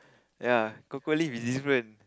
ya cocoa leaf is different